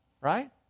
Right